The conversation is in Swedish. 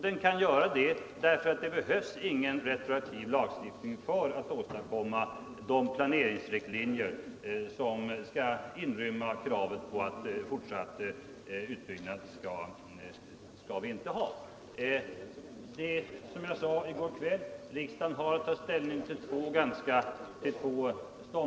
Den kan göra det, därför att det inte behövs någon retroaktiv lagstiftning för att åstadkomma de planeringsriktlinjer som skall inrymma kravet på ett nej till fortsatt utbyggnad. Riksdagen har, som jag sade i går kväll, här att ta ställning till två förslag.